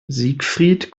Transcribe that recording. siegfried